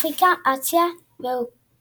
אפריקה, אסיה ואוקיאניה.